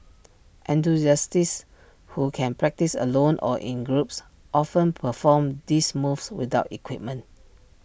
enthusiasts who can practise alone or in groups often perform these moves without equipment